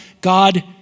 God